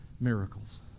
miracles